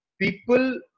People